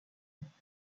blanche